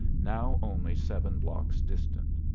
now only seven blocks distant.